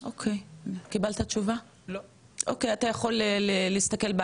אתה יכול להסתכל בהקלטה של הדיון הקודם,